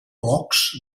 blocs